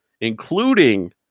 including